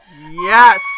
Yes